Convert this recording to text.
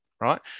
right